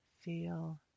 Feel